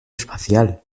espacial